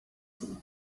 sie